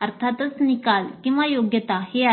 अर्थातच निकाल किंवा योग्यता हे आहेत